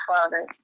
Father